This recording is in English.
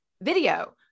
video